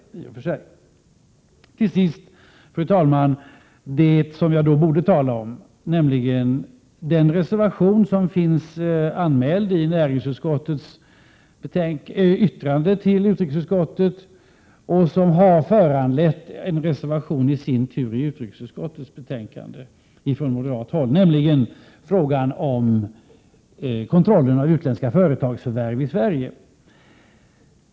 Till sist, fru talman, kommer jag till det som jag borde tala om, nämligen den avvikande mening som finns anmäld till näringsutskottets yttrande till utrikesutskottet och som i sin tur har föranlett en reservation från moderat håll till utrikesutskottets betänkande, nämligen frågan om kontrollen av utländska företagsförvärv i Sverige.